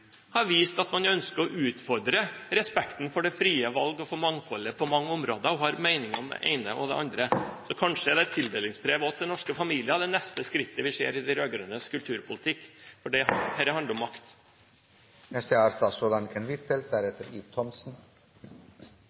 har vist at man ønsker å utfordre respekten for det frie valg og for mangfoldet på mange områder og har meninger om det ene og det andre. Så kanskje også et tildelingsbrev til norske familier er det neste skrittet vi ser i de rød-grønnes kulturpolitikk, for dette handler om makt.